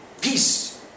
peace